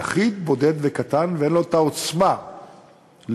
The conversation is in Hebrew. יחיד, בודד וקטן, ואין לו העוצמה להתמודד